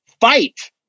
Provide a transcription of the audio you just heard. fight